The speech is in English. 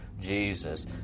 Jesus